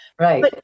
Right